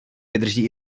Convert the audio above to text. vydrží